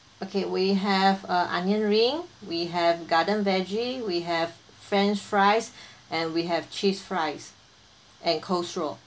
okay we have uh onion ring we have garden veggie we have french fries and we have cheese fries and coleslaw